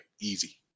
Easy